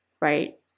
right